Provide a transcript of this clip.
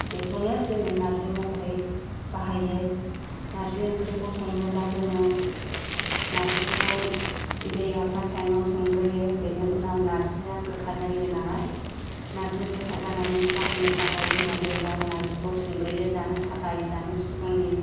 बेखौनो जोङो नार्जि महरै बाहायो नार्जि ओंख्रिखौ संनोब्ला जोङो नार्जिखौ दैयाव फार्स्त टाइमाव सोमग्रोयो बेनि उनाव नार्जिया गोखा जायो नालाय नार्जि गोखा जानायनि जाहोननि थाखाय जोङो दैयाव नार्जिखौ सोमग्रोयो जानो थाखाय जानो सिगांनि